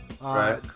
Right